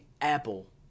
Apple